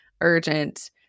urgent